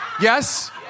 Yes